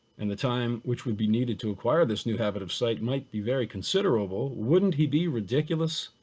and the time which would be needed to acquire this new habit of sight might be very considerable, wouldn't he be ridiculous?